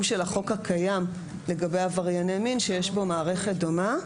החוק הקיים לגבי עברייני מין שיש בו מערכת דומה.